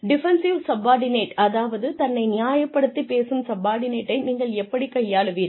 defensive subordinate அதாவது தன்னை நியாயப்படுத்தி பேசும் சப்பார்ட்டினேட்டை நீங்கள் எப்படிக் கையாளுவீர்கள்